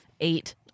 eight